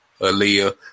Aaliyah